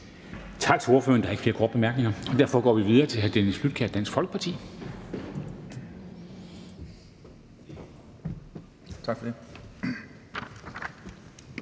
Tak til ordføreren. Der er ikke flere korte bemærkninger, og derfor går vi videre til hr. Dennis Flydtkjær, Dansk Folkeparti.